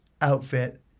outfit